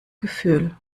gefühl